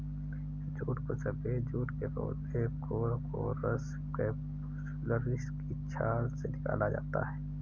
jute को सफेद jute के पौधे कोरकोरस कैप्सुलरिस की छाल से निकाला जाता है